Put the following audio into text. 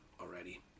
already